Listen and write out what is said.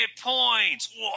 points